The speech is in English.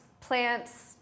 plants